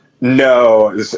No